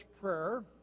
prayer